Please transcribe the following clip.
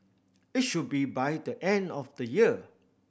it should be by the end of the year